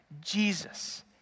Jesus